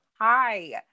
Hi